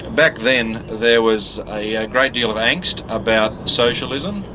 back then there was a great deal of angst about socialism,